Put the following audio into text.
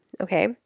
okay